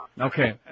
Okay